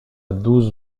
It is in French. douze